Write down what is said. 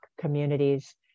communities